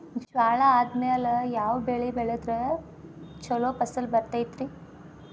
ಜ್ವಾಳಾ ಆದ್ಮೇಲ ಯಾವ ಬೆಳೆ ಬೆಳೆದ್ರ ಛಲೋ ಫಸಲ್ ಬರತೈತ್ರಿ?